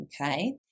Okay